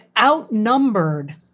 outnumbered